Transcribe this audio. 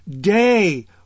day